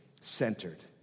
centered